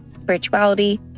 spirituality